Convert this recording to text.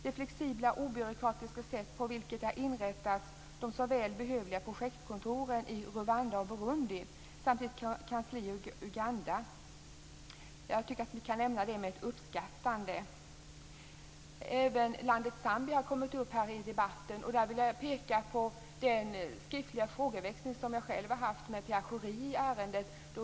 Det flexibla och obyråkratiska sätt på vilket det har inrättats såväl de behövliga projektkontoren i Rwanda och Burundi som ett kansli i Uganda är något som kan nämnas med ett uppskattande. Även landet Zambia har kommit upp i debatten. Där vill jag peka på den skriftliga frågeväxling som jag själv har haft med Pierre Schori i ärendet.